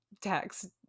tax